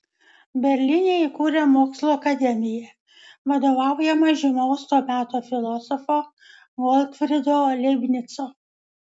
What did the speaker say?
berlyne įkūrė mokslų akademiją vadovaujamą žymaus to meto filosofo gotfrydo leibnico